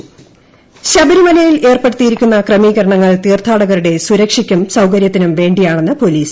ടടടടടടടട Sabarimala police ശബരിമലയിൽ ഏർപ്പെടുത്തിയിരിക്കുന്ന ക്രമീകരണങ്ങൾ തീർത്ഥാടകരുടെ സുരക്ഷയ്ക്കും സൌകര്യത്തിനും വേണ്ടിയാണെന്ന് പോലീസ്